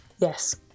Yes